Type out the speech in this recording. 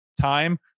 time